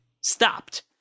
stopped